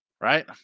Right